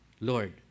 Lord